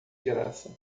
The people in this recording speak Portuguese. graça